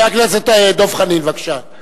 חבר הכנסת דב חנין, בבקשה.